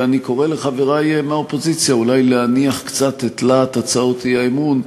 ואני קורא לחברי מהאופוזיציה אולי להניח קצת את להט הצעות האי-אמון.